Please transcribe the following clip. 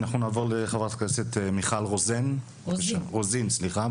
אנחנו נעבור לחברת הכנסת מיכל רוזין, בבקשה.